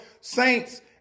saints